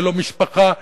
ללא משפחה,